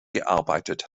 gearbeitet